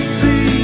see